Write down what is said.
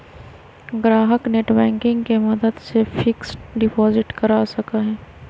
ग्राहक नेटबैंकिंग के मदद से फिक्स्ड डिपाजिट कर सका हई